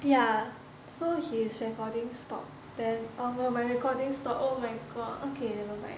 ya so his recording stopped then oh my recording stopped oh my god okay never mind